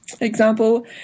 example